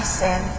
sin